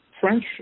French